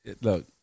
look